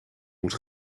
moet